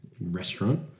restaurant